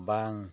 ᱵᱟᱝ